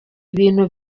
ibintu